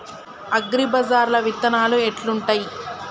అగ్రిబజార్ల విత్తనాలు ఎట్లుంటయ్?